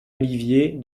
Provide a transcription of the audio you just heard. olivier